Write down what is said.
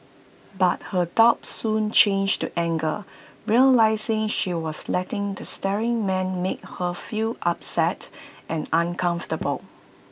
but her doubt soon changed to anger realising she was letting the staring man make her feel upset and uncomfortable